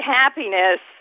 happiness